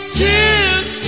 tears